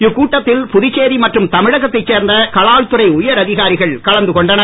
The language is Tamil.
இக்கூட்டத்தில் புதுச்சேரி மற்றும் தமிழகத்தை சேர்ந்த கலால் துறை உயர் அதிகாரிகள் கலந்து கொண்டனர்